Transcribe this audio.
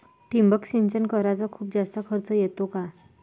ठिबक सिंचन कराच खूप जास्त खर्च येतो का?